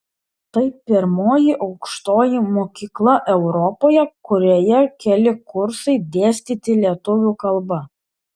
tai pirmoji aukštoji mokykla europoje kurioje keli kursai dėstyti lietuvių kalba